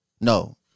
No